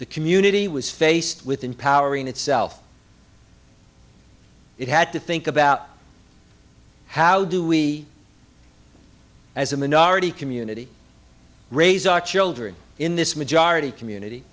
the community was faced with empowering itself it had to think about how do we as a minority community raise our children in this majority community